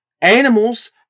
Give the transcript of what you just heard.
Animals